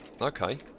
okay